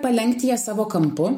palenkti ją savo kampu